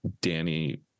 Danny